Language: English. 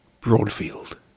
Broadfield